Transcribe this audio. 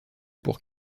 pour